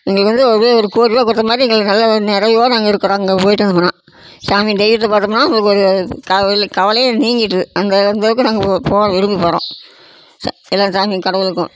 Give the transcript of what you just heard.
எங்களுக்கு வந்து அப்படியே ஒரு கோடி ரூபா கொடுத்த மாதிரி எங்களுக்கு நல்ல ஒரு நிறைவா நாங்கள் இருக்கிறோம் அங்கே போய்விட்டு வந்தோமுனா சாமி தெய்வத்தை பாத்தோம்னா நம்மளுக்கு ஒரு கவலை கவலையே நீங்கிட்ரு அங்கே அந்தளவுக்கு நாங்கள் இப்போது போக விருப்பப்படுறோம் ச எல்லா சாமி கடவுளுக்கும்